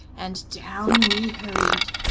and down we hurried.